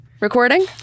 Recording